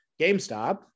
GameStop